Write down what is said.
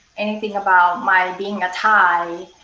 anything about my being a thai,